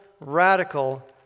radical